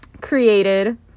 created